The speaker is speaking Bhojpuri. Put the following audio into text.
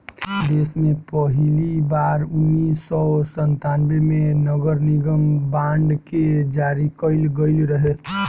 देस में पहिली बार उन्नीस सौ संतान्बे में नगरनिगम बांड के जारी कईल गईल रहे